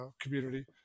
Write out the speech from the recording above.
community